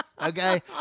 Okay